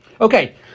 Okay